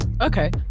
Okay